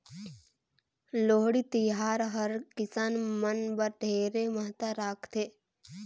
लोहड़ी तिहार हर किसान मन बर ढेरे महत्ता राखथे